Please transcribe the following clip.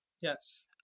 Yes